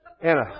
Anna